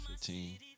15